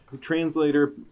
translator